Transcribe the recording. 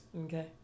Okay